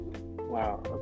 Wow